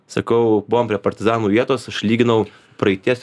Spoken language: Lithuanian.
sakau buvom prie partizanų vietos aš lyginau praeities